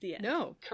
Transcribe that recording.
No